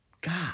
God